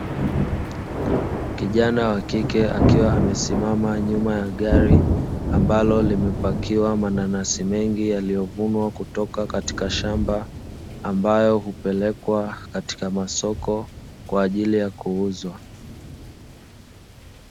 Kijana wa kike akiwa amesimama nyuma ya gari, ambalo limepakiwa mananasi mengi yaliyovunwa kutoka katika shamba, ambayo hupelekwa katika masoko kwa ajili ya kuuzwa.